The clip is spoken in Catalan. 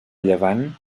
llevant